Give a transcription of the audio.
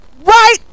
Right